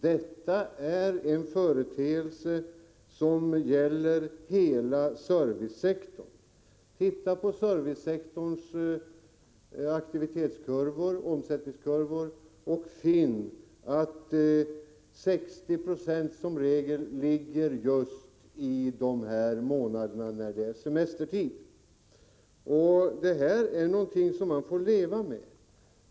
Detta är en företeelse som gäller hela servicesektorn. Titta på servicesektorns aktivitetskurvor och omsättningskurvor, och finn att som regel 60 90 ligger just i de månader när det är semestertid! Det här är någonting som man får leva med.